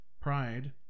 Pride